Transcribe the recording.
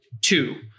two